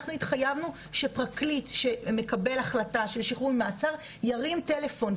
אנחנו התחייבנו שפרקליט שמקבל החלטה של שחרור ממעצר ירים טלפון,